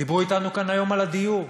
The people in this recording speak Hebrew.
דיברו אתנו כאן היום על הדיור,